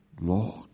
Lord